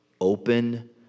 open